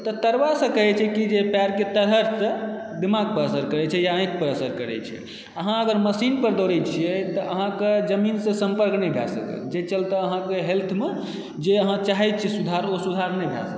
डाक्टरबा सब कहै छै की जे पैरके तलहटसँ दिमाग पर असर करै छै या आँखि पर असर करै छै अहाँ अगर मशीन पर दौड़े छियै तऽ अहाँ कऽ जमीनसँ सम्पर्क नहि भए सकैए जहि चलते अहाँकेँ हेल्थमे जे अहाँकेँ चाहै छियै सुधार ओ सुधार नहि हैत